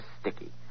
sticky